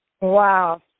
Wow